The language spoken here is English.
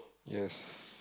yes